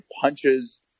punches